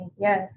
yes